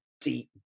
deep